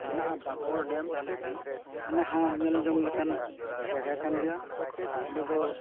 ᱢᱮᱱᱟᱜᱼᱟ ᱵᱟᱸᱠᱵᱚᱲ ᱰᱮᱢ ᱚᱱᱟᱦᱚᱸ ᱧᱮᱞ ᱡᱚᱝ ᱞᱮᱠᱟᱱ ᱡᱟᱭᱜᱟ ᱠᱟᱱ ᱜᱮᱭᱟ ᱚᱸᱰᱮ ᱫᱚ